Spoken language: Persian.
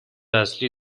اصلی